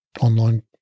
online